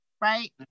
right